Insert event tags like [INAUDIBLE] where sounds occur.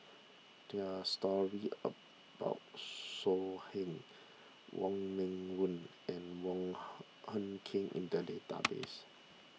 there are stories about So Heng Wong Meng Voon and Wong [NOISE] Hung Khim in the database